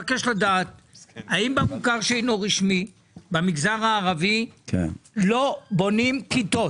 האם במוכר שאינו רשמי במגזר הערבי לא בונים כיתות?